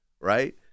right